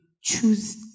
choose